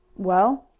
well?